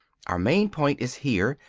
our main point is here,